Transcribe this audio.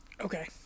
Okay